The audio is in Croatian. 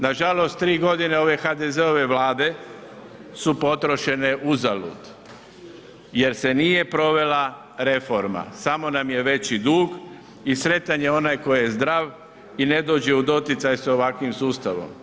Nažalost, tri godine ove HDZ-ove Vlade su potrošene uzalud jer se nije provela reforma, samo nam je veći dug i sretan je onaj tko je zdrav i ne dođe u doticaj s ovakvim sustavom.